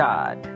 God